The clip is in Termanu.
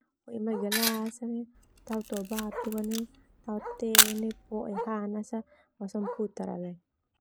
Hoi na ngelas tao tuabatuk tao teh neu poa oehanas basa sona putar leo.